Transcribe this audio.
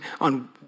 on